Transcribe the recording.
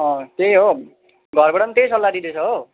अँ त्यही हो घरबाट नि त्यही सल्लाह दिँदैछ हो